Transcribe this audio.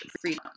freedom